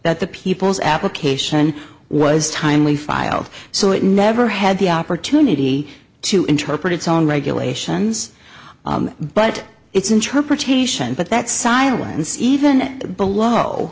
that the people's application was timely filed so it never had the opportunity to interpret its own regulations but its interpretation but that silence even below